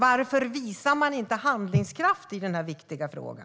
Varför visar man inte handlingskraft i denna viktiga fråga?